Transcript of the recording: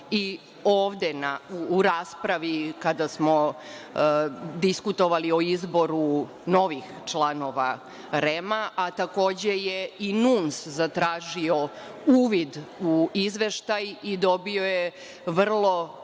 ovde u raspravi kada smo diskutovali o izboru novih članova REM-a, a takođe je i NUNS zatražio uvid u izveštaj i dobio je vrlo